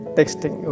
Texting